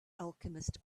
alchemist